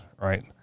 right